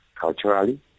culturally